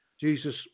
Jesus